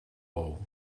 bou